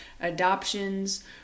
adoptions